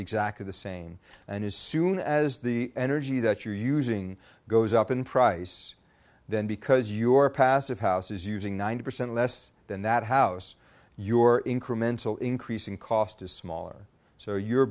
exactly the same and as soon as the energy that you're using goes up in price then because your passive house is using ninety percent less than that house your incremental increase in cost is smaller so you're